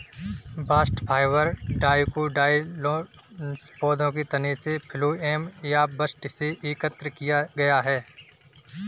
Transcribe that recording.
bast fibre dicotyledonous पौधों के तने के फ्लोएम या बस्ट से एकत्र किया गया है